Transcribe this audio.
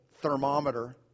thermometer